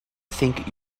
think